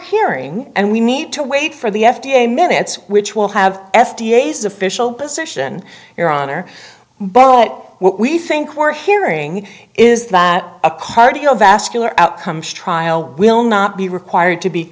hearing and we need to wait for the f d a minutes which will have f d a says official position your honor but what we think we're hearing is that a cardiovascular outcomes trial will not be required to be